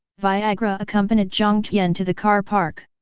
viagra accompanied jiang tian to the car park.